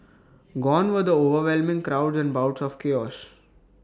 gone were the overwhelming crowds and bouts of chaos